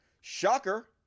Shocker